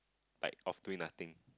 like off doing nothing